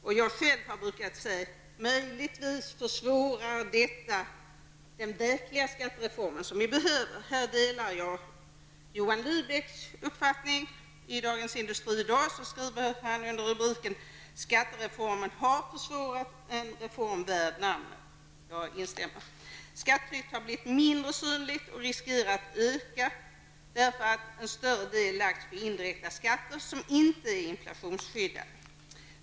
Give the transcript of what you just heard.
Jag har själv sagt att det möjligtvis försvårar den verkliga skattereformen som vi behöver. Här delar jag Industri har han en artikel med rubriken Skattereformen har försvårat en reform värd namnet. Jag instämmer. Skattetrycket har blivit mindre synligt och riskerar att öka då en större del har lagts på indirekta skatter som inte är inflationsskyddade.